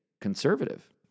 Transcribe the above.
conservative